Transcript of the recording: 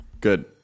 Good